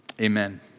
amen